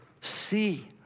see